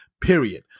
period